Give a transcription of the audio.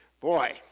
Boy